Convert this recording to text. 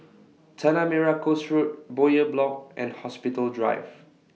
Tanah Merah Coast Road Bowyer Block and Hospital Drive